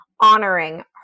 honoring